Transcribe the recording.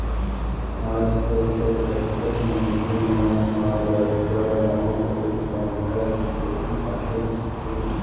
आज कल तो कतको मनसे मन ह बरोबर गांव कोती टमाटर के खेती काहेच के